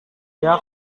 dia